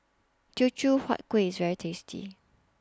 Teochew Huat Kueh IS very tasty